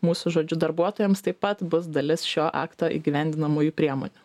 mūsų žodžiu darbuotojams taip pat bus dalis šio akto įgyvendinamųjų priemonių